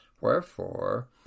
Wherefore